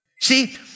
See